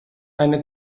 eine